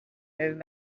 moving